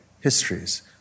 histories